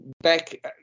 back